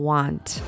Want